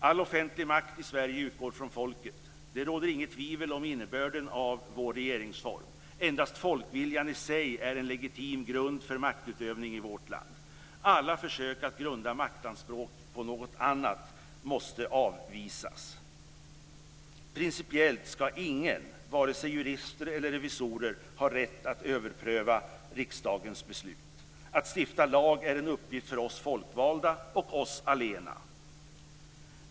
"All offentlig makt i Sverige utgår från folket." Det råder inget tvivel om innebörden av vår regeringsform. Endast folkviljan i sig är en legitim grund för maktutövning i vårt land. Alla försök att grunda maktanspråk på något annat måste avvisas. Principiellt ska ingen, vare sig jurister eller revisorer, ha rätt att överpröva riksdagens beslut. Att stifta lag är en uppgift för oss folkvalda och oss allena.